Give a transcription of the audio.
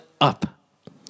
up